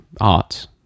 art